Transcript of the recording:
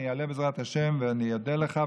אני אעלה בעזרת השם ואני אודה לך,